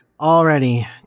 already